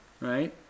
right